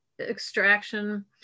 extraction